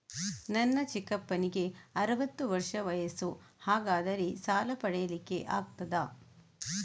ನನ್ನ ಚಿಕ್ಕಪ್ಪನಿಗೆ ಅರವತ್ತು ವರ್ಷ ವಯಸ್ಸು, ಹಾಗಾದರೆ ಸಾಲ ಪಡೆಲಿಕ್ಕೆ ಆಗ್ತದ?